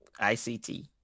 ICT